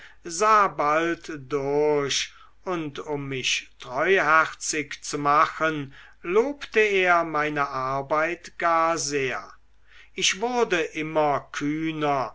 sah bald durch und um mich treuherzig zu machen lobte er meine arbeit gar sehr ich wurde immer kühner